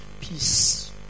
Peace